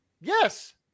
yes